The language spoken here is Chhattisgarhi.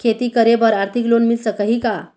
खेती करे बर आरथिक लोन मिल सकही?